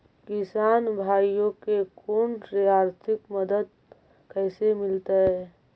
किसान भाइयोके कोन से आर्थिक मदत कैसे मीलतय?